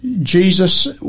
Jesus